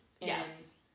Yes